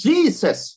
Jesus